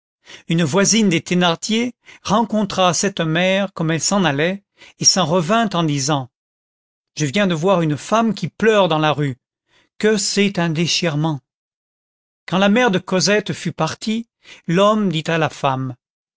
une voisine des thénardier rencontra cette mère comme elle s'en allait et s'en revint en disant je viens de voir une femme qui pleure dans la rue que c'est un déchirement quand la mère de cosette fut partie l'homme dit à la femme